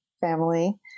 family